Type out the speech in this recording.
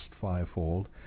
fivefold